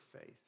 faith